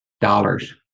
dollars